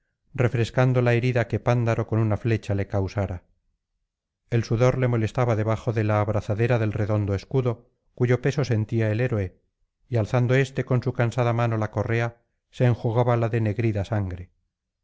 refrescando la herida que pándaro con una flecha le causara el sudor le molestaba debajo de la abrazadera del redondo escudo cuyo peso sentía el héroe y alzando éste con su cansada mano la correa se enjugaba la denegrida sangre